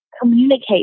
communicate